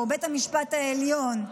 או בית המשפט העליון,